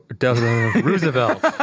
Roosevelt